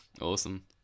Awesome